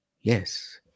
yes